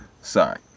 sorry